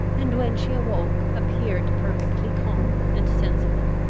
and, when she awoke, appeared perfectly calm and sensible.